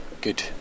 good